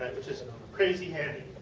which is crazy handy.